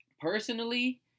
personally